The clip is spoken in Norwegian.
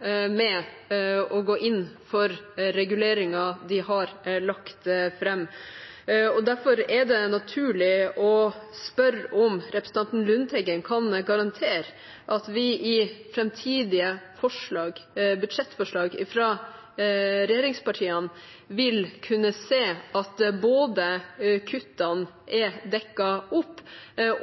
med å gå inn for reguleringene de har lagt fram. Derfor er det naturlig å spørre om representanten Lundteigen kan garantere at vi i framtidige budsjettforslag fra regjeringspartiene vil kunne se både at kuttene er dekket opp,